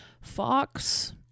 Fox